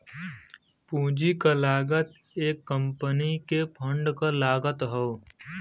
पूंजी क लागत एक कंपनी के फंड क लागत हौ